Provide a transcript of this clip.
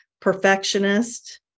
perfectionist